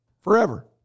Forever